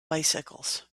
bicycles